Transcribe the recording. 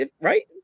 right